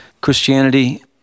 Christianity